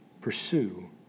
pursue